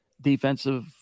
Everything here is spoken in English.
defensive